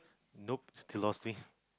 nope still lost me